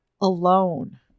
alone